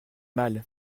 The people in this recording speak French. mal